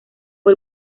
fue